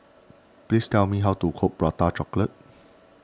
please tell me how to cook Prata Chocolate